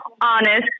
honest